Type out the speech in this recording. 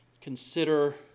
consider